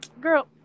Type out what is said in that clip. girl